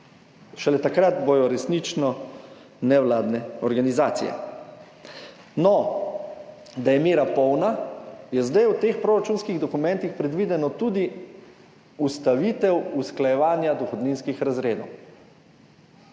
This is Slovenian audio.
Šele takrat bodo resnično nevladne organizacije. No, da je mera polna, je zdaj v teh proračunskih dokumentih predvidena tudi ustavitev usklajevanja dohodninskih razredov.